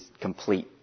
complete